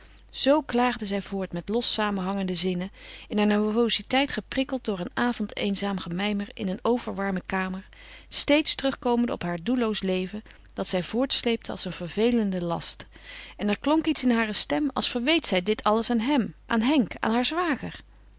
zoo klaagde zij voort met lossamenhangende zinnen in haar nervoziteit geprikkeld door een avond eenzaam gemijmer in een overwarme kamer steeds terugkomende op haar doelloos leven dat zij voortsleepte als een vervelenden last en er klonk iets in hare stem als verweet zij dit alles aan hem aan henk aan haar zwager